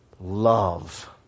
Love